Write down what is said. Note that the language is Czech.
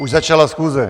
Už začala schůze.